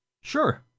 Sure